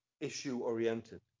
issue-oriented